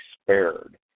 spared